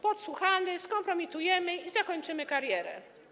Podsłuchamy, skompromitujemy i zakończymy karierę.